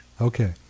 Okay